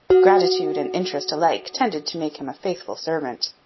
gratitude and interest alike tended to make him a faithful servant.